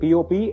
Pop